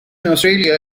australia